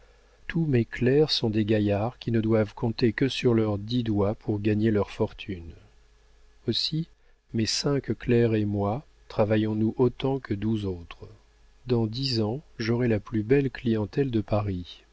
tous mes clercs sont des gaillards qui ne doivent compter que sur leurs dix doigts pour gagner leur fortune aussi mes cinq clercs et moi travaillons nous autant que douze autres dans dix ans j'aurai la plus belle clientèle de paris